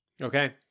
Okay